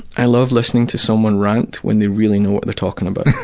i love listening to someone rant when they really know what they're talking about.